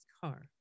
car